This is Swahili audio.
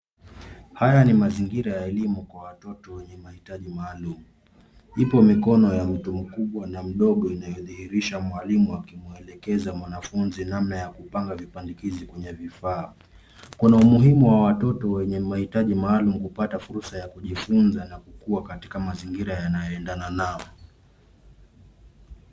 Haya ni mazingira ya elimu kwa watoto wenye mahitaji maalum. Ipo mikono ya mtu mkubwa na mdogo inayodhihirisha mwalimu akimwelekeza mwanafunzi namna ya kupanga vipandikizi kwenye vifaa. Kuna umuhimu wa watoto wenye mahitaji maalum kupata fursa ya kujifunza na kukuwa katika mazingira yanayoendana nao.